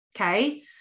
Okay